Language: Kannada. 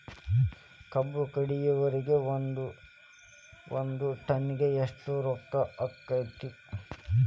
ಕಬ್ಬು ಕಡಿಯುವರಿಗೆ ಒಂದ್ ಟನ್ ಗೆ ಎಷ್ಟ್ ರೊಕ್ಕ ಆಕ್ಕೆತಿ?